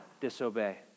disobey